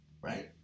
right